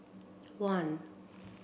one